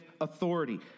authority